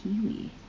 Kiwi